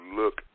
look